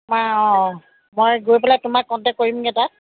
তোমাৰ অ মই গৈ পেলাই তোমাক কণ্টেক কৰিমগৈ তাত